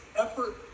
effort